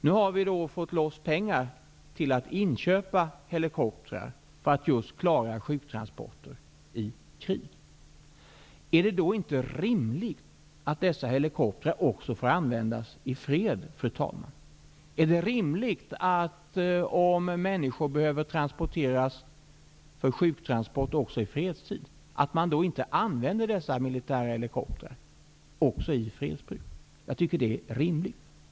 Nu har vi dock fått loss pengar för att inköpa helikoptrar för att klara just sjuktransporter i krig. Fru talman! Är det då inte rimligt att dessa helikoptrar också får användas i fred? Om människor behöver sjuktransport också i fredstid är det då rimligt att man inte använder dessa militära helikoptrar? Jag tycker att det är rimligt.